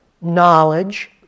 knowledge